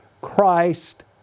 Christ